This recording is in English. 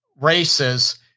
races